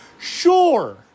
Sure